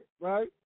right